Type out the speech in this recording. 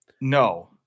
No